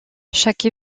chaque